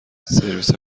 سرویس